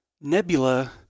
Nebula